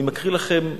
אני מקריא לכם,